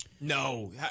No